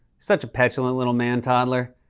such a petulant little man-toddler.